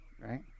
right